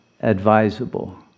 advisable